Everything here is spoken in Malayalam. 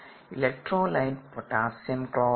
electrolyte potassium chloride